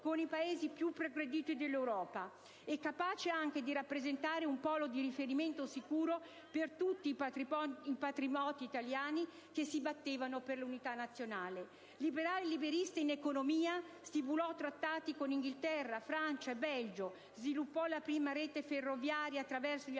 con i Paesi più progrediti d'Europa e capace anche di rappresentare un polo di riferimento sicuro per tutti i patrioti italiani che si battevano per l'unità della Nazione. Liberale e liberista in economia, stipulò trattati con l'Inghilterra, la Francia e con il Belgio, sviluppò la prima rete ferroviaria attraverso gli